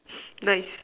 nice